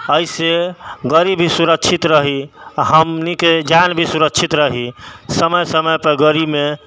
अइसे गाड़ी भी सुरक्षित रहि आओर हमनिके जान भी सुरक्षित रहि समय समयपर गाड़ीमे